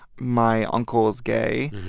my uncle is gay.